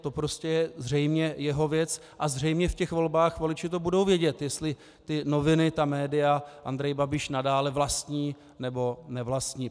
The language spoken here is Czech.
To prostě je zřejmě jeho věc a zřejmě ve volbách voliči to budou vědět, jestli ty noviny, média, Andrej Babiš nadále vlastní, nebo nevlastní.